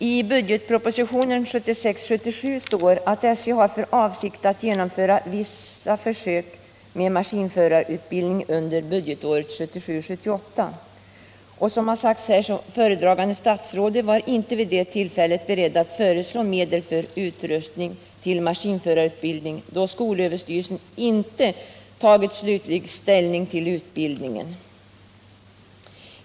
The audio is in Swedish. I budgetpropositionen 1976 78. Som har sagts här var statsrådet inte vid det tillfället beredd att föreslå medel för utrustning 81 till maskinförarutbildning eftersom skolöverstyrelsen inte tagit slutlig ställning till utbildningen.